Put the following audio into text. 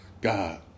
God